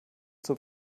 zur